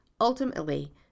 Ultimately